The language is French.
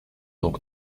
donc